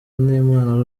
n’imana